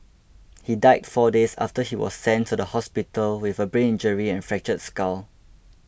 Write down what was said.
he died four days after he was sent to hospital with a brain injury and fractured skull